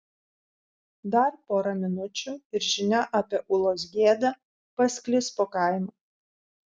dar pora minučių ir žinia apie ulos gėdą pasklis po kaimą